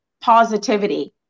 positivity